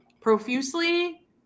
profusely